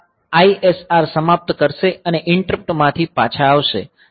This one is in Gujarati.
તે આ ISR સમાપ્ત કરશે અને ઈંટરપ્ટ માંથી પાછા આવશે